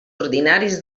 ordinaris